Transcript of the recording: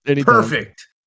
Perfect